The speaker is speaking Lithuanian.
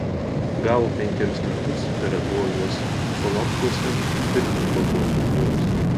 gavo penkerius metus ir atbuvo juos solovkuose ir prie baltosios jūros